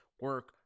Work